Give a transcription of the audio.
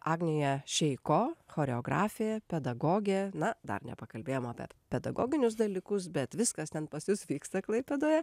agnija šeiko choreografė pedagogė na dar nepakalbėjom apie pedagoginius dalykus bet viskas ten pas jus vyksta klaipėdoje